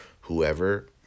whoever